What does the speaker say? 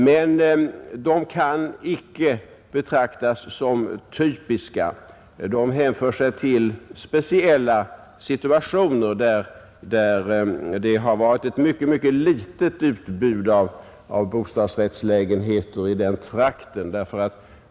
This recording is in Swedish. Men dessa fall kan inte betraktas som typiska, utan de gäller speciella situationer med ett mycket, mycket litet utbud av bostadsrättslägenheter i trakten i fråga.